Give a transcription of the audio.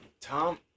Tom